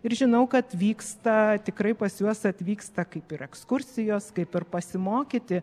ir žinau kad vyksta tikrai pas juos atvyksta kaip ir ekskursijos kaip ir pasimokyti